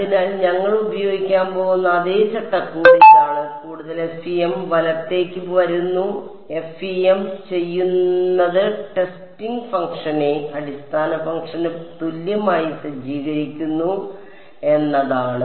അതിനാൽ ഞങ്ങൾ ഉപയോഗിക്കാൻ പോകുന്ന അതേ ചട്ടക്കൂട് ഇതാണ് കൂടുതൽ FEM വലത്തേക്ക് വരുന്നു എഫ്ഇഎം ചെയ്യുന്നത് ടെസ്റ്റിംഗ് ഫംഗ്ഷനെ അടിസ്ഥാന ഫംഗ്ഷന് തുല്യമായി സജ്ജീകരിക്കുന്നു എന്നതാണ്